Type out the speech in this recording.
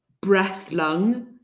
breath-lung